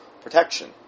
protection